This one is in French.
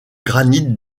granite